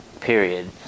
period